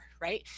right